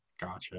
gotcha